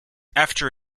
after